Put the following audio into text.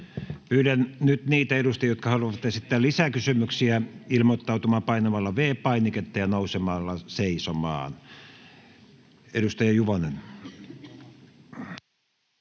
Pyydän nyt niitä edustajia, jotka haluavat esittää lisäkysymyksiä, ilmoittautumaan painamalla V-painiketta ja nousemalla seisomaan. — Edustaja Juvonen.